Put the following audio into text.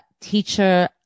teacher